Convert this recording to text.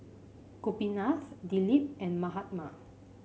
Gopinath Dilip and Mahatma